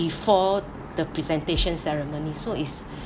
before the presentation ceremony so is